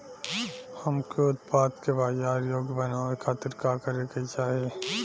हमके उत्पाद के बाजार योग्य बनावे खातिर का करे के चाहीं?